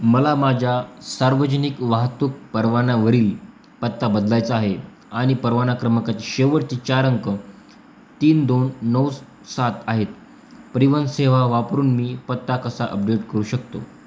मला माझ्या सार्वजनिक वाहतूक परवान्यावरील पत्ता बदलायचा आहे आणि परवाना क्रमांकाची शेवटचे चार अंक तीन दोन नऊ सात आहेत परिवहन सेवा वापरून मी पत्ता कसा अपडेट करू शकतो